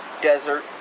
desert